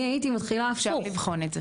אני הייתי מתחילה --- אנחנו נבחון את זה.